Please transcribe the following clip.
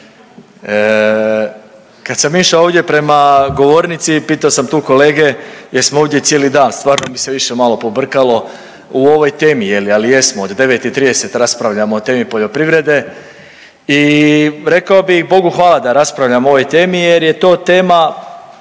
kad sam išao ovdje prema govornici pitao sam tu kolege jer smo ovdje cijeli dan stvarno mi se više malo pobrkalo, u ovoj temi, ali jesmo od 9 i 30 raspravljamo o temi poljoprivrede. I rekao bi Bogu hvala da raspravljamo o ovoj temi jer je to tema